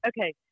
okay